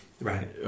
Right